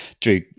drew